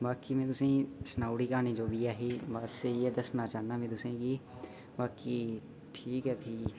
बाकी में तुसें ई सनाई ओड़ी क्हानी जो बी ऐ ही बस इ'यै दस्सना चाह्न्नां में तुसें ई कि बाकी ठीक ऐ ठीक